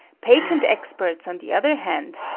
patent experts, on the other hand,